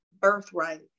birthright